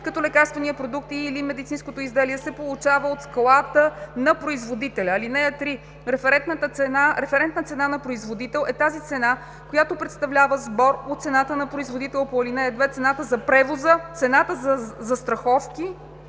като лекарствения продукт и/или медицинското изделие се получава от склада на производителя; (3) Референтна цена на производител е тази цена, която представлява сбор от цената на производител по ал.2, цената за превоза, платените застраховки,